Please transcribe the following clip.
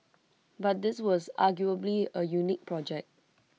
but this was arguably A unique project